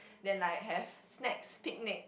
then like have snacks picnic